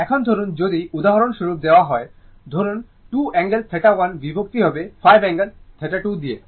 এখন ধরুন যদি এটি উদাহরণস্বরূপ দেওয়া হয় ধরুন 2 অ্যাঙ্গেল 1 বিভক্ত হবে 5 অ্যাঙ্গেল 2 দ্বারা